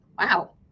Wow